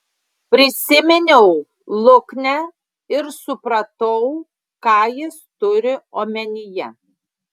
prisiminiau luknę ir supratau ką jis turi omenyje